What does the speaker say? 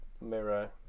mirror